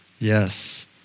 Yes